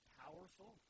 powerful